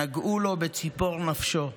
נגעו לו בציפור נפשו,